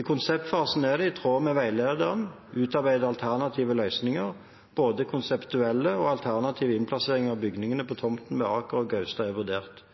I konseptfasen er det, i tråd med veilederen, utarbeidet alternative løsninger – både konseptuelle og alternative innplasseringer av bygningene på tomtene ved Aker og Gaustad er vurdert.